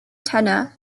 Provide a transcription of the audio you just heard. tenure